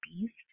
beast